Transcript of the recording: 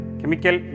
Chemical